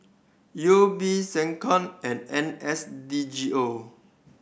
U O B SecCom and N S D G O